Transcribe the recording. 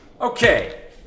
Okay